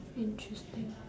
interesting